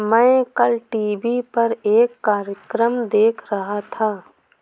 मैं कल टीवी पर एक कार्यक्रम देख रहा था